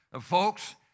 Folks